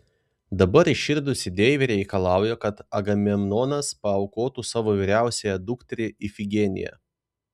dabar įširdusi deivė reikalauja kad agamemnonas paaukotų savo vyriausiąją dukterį ifigeniją